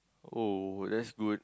oh that's good